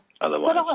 otherwise